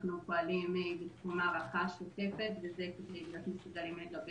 אנחנו פועלים בתחום ההערכה השוטפת וזה כדי להיות מסוגלים לגבש